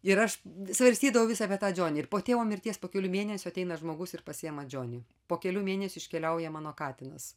ir aš svarstydavau vis apie tą džonį ir po tėvo mirties po kelių mėnesių ateina žmogus ir pasiima džonį po kelių mėnesių iškeliauja mano katinas